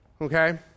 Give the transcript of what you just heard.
Okay